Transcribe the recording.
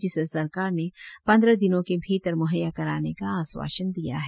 जिसे सरकार ने पंद्रह दिनों के भीतर म्हैया कराने का आश्वासन दिया है